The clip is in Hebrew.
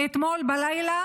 מאתמול בלילה